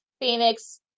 Phoenix